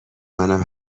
منم